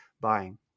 buying